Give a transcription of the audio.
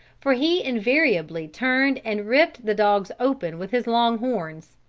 for he invariably turned and ripped the dogs open with his long horns.